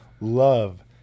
love